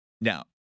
Now